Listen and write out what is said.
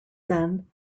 then